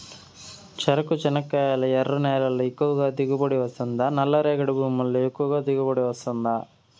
చెరకు, చెనక్కాయలు ఎర్ర నేలల్లో ఎక్కువగా దిగుబడి వస్తుందా నల్ల రేగడి భూముల్లో ఎక్కువగా దిగుబడి వస్తుందా